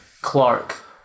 Clark